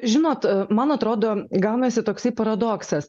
žinot man atrodo gaunasi toks paradoksas